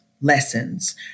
lessons